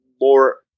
more